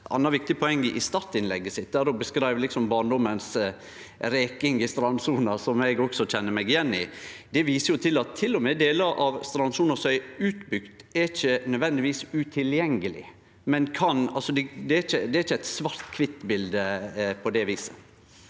eit anna viktig poeng i startinnlegget sitt, då ho beskreiv barndomens reking i strandsona, som eg også kjenner meg igjen i. Det viser til at til og med delar av strandsona som er utbygde, ikkje nødvendigvis er utilgjengelege. Det er ikkje eit svart-kvitt bilde på det viset.